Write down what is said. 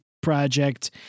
project